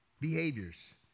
behaviors